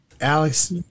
Alex